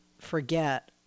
forget